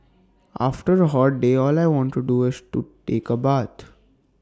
after A hot day all I want to do is to take A bath